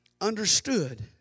understood